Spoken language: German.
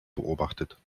beobachtet